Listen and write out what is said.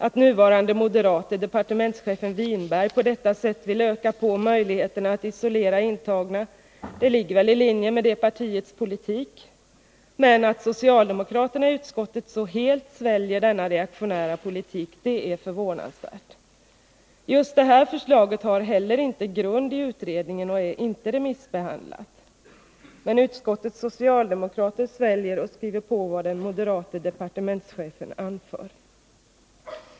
Att nuvarande moderate departementschefen Håkan Winberg på detta sätt vill öka möjligheterna att isolera intagna ligger i linje med det partiets politik, men att socialdemokraterna i utskottet så helt sväljer denna reaktionära politik är förvånansvärt. Just det här förslaget har heller ingen grund i utredningen och är inte remissbehandlat. Men utskottets socialdemokrater sväljer och skriver på vad den moderate departementschefen anför.